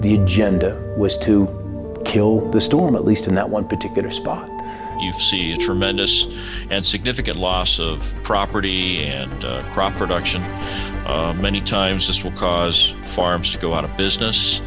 the agenda was to kill the storm at least in that one particular spot you see a tremendous and significant loss of property and crop production many times this will cause farms to go out of business